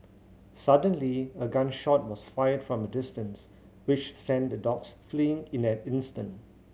suddenly a gun shot was fired from a distance which sent the dogs fleeing in an instant